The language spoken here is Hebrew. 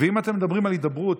אם אתם מדברים על הידברות,